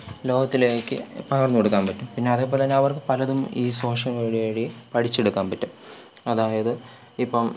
ലോകത്തിലേക്ക് പകർന്നു കൊടുക്കാന് പറ്റും പിന്നെ അതേപോലെതന്നെ അവർക്ക് പലതും ഈ സോഷ്യൽ മീഡിയ വഴി പഠിച്ചെടുക്കാന് പറ്റും അതായത് ഇപ്പോള്